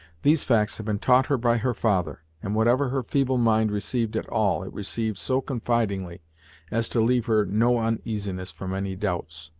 these facts had been taught her by her father, and whatever her feeble mind received at all, it received so confidingly as to leave her no uneasiness from any doubts,